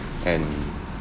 and